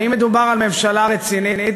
האם מדובר על ממשלה רצינית?